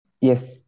Yes